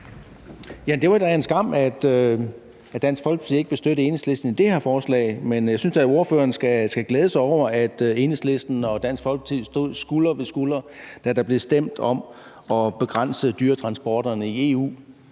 Det var da en skam, at Dansk Folkeparti ikke vil støtte Enhedslisten i det her forslag. Men jeg synes da, at ordføreren skal glæde sig over, at Enhedslisten og Dansk Folkeparti stod skulder ved skulder, da der blev stemt om at begrænse dyretransporterne i EU.